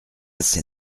ces